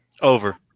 Over